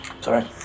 Sorry